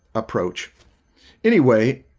approach anyway,